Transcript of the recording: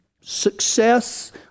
success